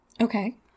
Okay